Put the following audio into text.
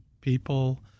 people